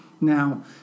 Now